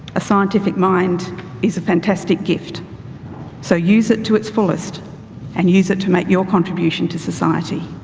a scientific mind is a fantastic gift so use it to its fullest and use it to make your contribution to society.